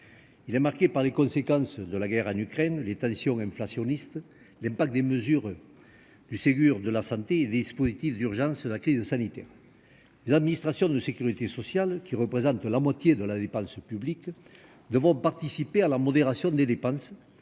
Il est marqué par les conséquences de la guerre en Ukraine, les tensions inflationnistes, l'impact des mesures du Ségur de la santé et les dispositifs d'urgence liés à la crise sanitaire. Les administrations de sécurité sociale, qui représentent la moitié de la dépense publique, devront participer à la modération des dépenses,